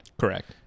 Correct